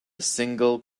single